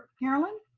caroline.